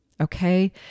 Okay